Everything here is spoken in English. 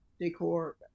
decor